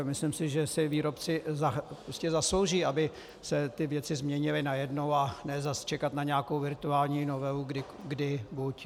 Myslím, že si výrobci prostě zaslouží, aby se věci změnily najednou, a ne zas čekat na nějakou virtuální novelu, kdy buď.